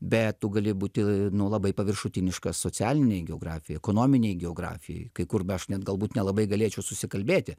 bet tu gali būti nu labai paviršutiniškas socialinėj geografijoj ekonominėj geografijoj kai kur aš net galbūt nelabai galėčiau susikalbėti